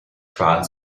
sparen